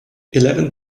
eleven